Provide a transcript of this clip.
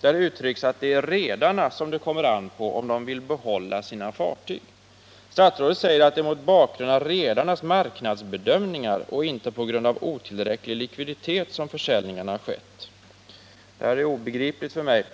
Där uttrycks att det är redarna som det kommer an på om de vill behålla sina fartyg. Statsrådet säger att det är mot bakgrund av redarnas marknadsbedömningar och inte på grund av otillräcklig likviditet som försäljningarna har skett. Detta är obegripligt för mig.